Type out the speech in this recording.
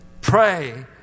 pray